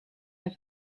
have